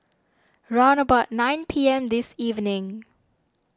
round about nine P M this evening